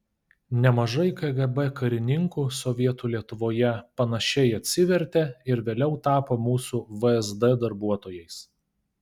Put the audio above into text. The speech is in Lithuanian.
nemažai kgb karininkų sovietų lietuvoje panašiai atsivertė ir vėliau tapo mūsų vsd darbuotojais